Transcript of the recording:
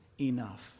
enough